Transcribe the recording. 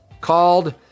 called